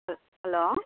hello